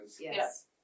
Yes